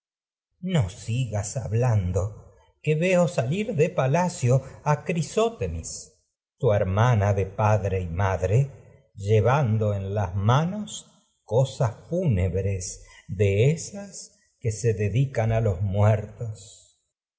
no sigas hablando de que palacio a crisótomis tu las manos hermana padre de madre llevando se en cosas fúnebres esas que dedican a los muertos